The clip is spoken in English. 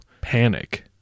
panic